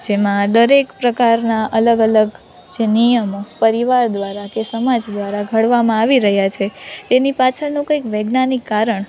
જેમાં દરેક પ્રકારના અલગ અલગ જે નિયમો પરિવાર દ્વારા કે સમાજ દ્વારા ઘડવામાં આવી રહ્યા છે એની પાછળનું કંઈક વૈજ્ઞાનિક કારણ